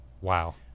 Wow